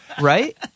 right